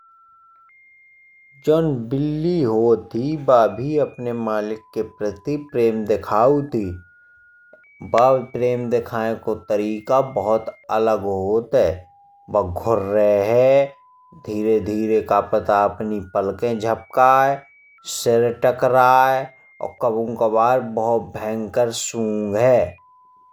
जौन बिल्ली होत ही बा भी अपने मालिक के प्रति प्रेम दिखौत ही। बा को प्रेम दिखाये को तरीका भुत अलग होत है। बा घुर्रेहे धीरे धीरे का पता अपनी पलकें छपकाय। शिर टकराय अउर कबहुं कभार भुत भयानकर सुंघे।